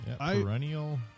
Perennial